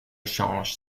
change